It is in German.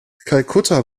kalkutta